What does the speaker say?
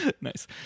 Nice